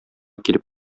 килеп